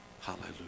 Hallelujah